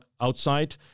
outside